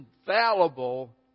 infallible